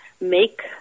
make